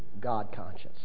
God-conscious